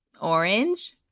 orange